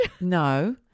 No